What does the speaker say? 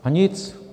A nic!